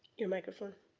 your microphone.